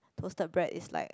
toasted bread is like